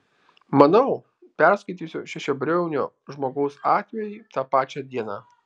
manau perskaitysiu šešiabriaunio žmogaus atvejį tą pačią dieną